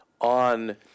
on